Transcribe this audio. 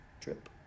trip